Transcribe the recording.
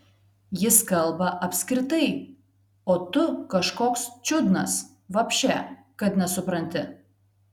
jis kalba apskritai o tu kažkoks čiudnas vapše kad nesupranti